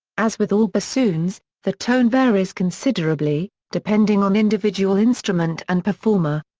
as with all bassoons, the tone varies considerably, depending on individual instrument and performer.